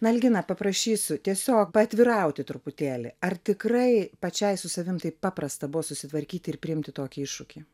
na algina paprašysiu tiesiog paatvirauti truputėlį ar tikrai pačiai su savim taip paprasta buvo susitvarkyti ir priimti tokį iššūkį